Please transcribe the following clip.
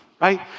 right